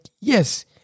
Yes